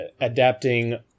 adapting